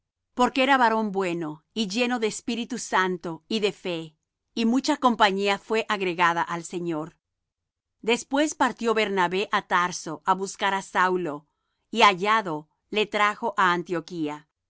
porque era varón bueno y lleno de espíritu santo y de fe y mucha compañía fué agregada al señor después partió bernabé á tarso á buscar á saulo y hallado le trajo á antioquía